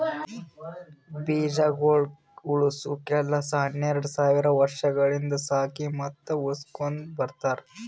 ಬೀಜಗೊಳ್ ಉಳುಸ ಕೆಲಸ ಹನೆರಡ್ ಸಾವಿರ್ ವರ್ಷಗೊಳಿಂದ್ ಸಾಕಿ ಮತ್ತ ಉಳುಸಕೊತ್ ಬಂದಾರ್